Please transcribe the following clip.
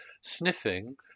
sniffing